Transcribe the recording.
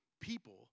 people